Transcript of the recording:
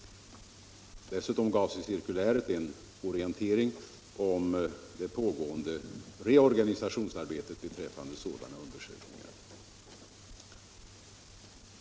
Dessutom gavs i cirkuläret en orientering om det pågående reorganisationsarbetet beträffande sådana undersökningar.